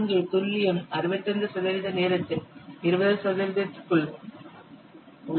இங்கே துல்லியம் 68 சதவிகித நேரத்தின் 20 சதவிகிதத்திற்குள் உள்ளது